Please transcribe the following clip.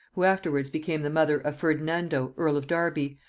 who afterwards became the mother of ferdinando earl of derby,